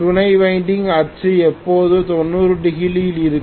துணை வைண்டிங் அச்சு எப்போதும் 90 டிகிரி யில் இருக்கும்